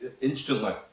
instantly